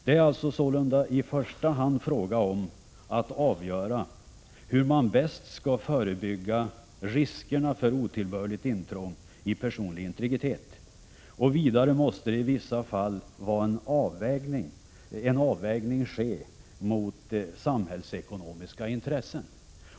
I första hand är det fråga om att avgöra hur man bäst skall förebygga riskerna för otillbörligt intrång i personlig integritet. Vidare måste det i vissa fall ske en avvägning mot samhällsekonomiska intressen.